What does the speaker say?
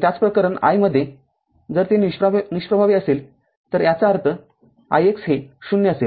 त्याच प्रकरण i मध्ये जर ते निष्प्रभावी असेल तर याचा अर्थ ix हे ० असेल